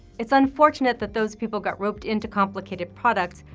it's unfortunate that those people got roped into complicated products.